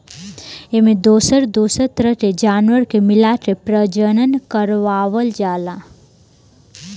एमें दोसर दोसर तरह के जानवर के मिलाके प्रजनन करवावल जाला